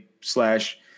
slash